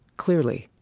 clearly,